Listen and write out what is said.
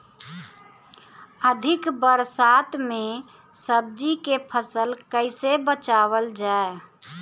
अधिक बरसात में सब्जी के फसल कैसे बचावल जाय?